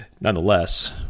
nonetheless